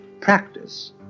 practice